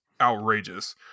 outrageous